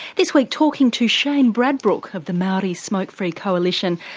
this like talking to shane bradbrook of the maori smoke free coalition,